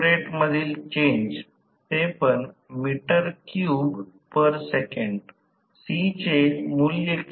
आता समीकरण 33 साठी हे स्पष्ट आहे की सुरवातीचा प्रवाह कमी होईल